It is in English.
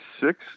six